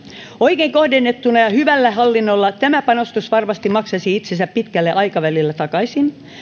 oikein kohdennettuna ja ja hyvällä hallinnolla tämä panostus varmasti maksaisi itsensä pitkällä aikavälillä takaisin